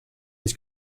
his